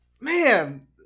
Man